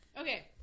Okay